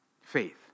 faith